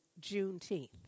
Juneteenth